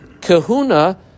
Kahuna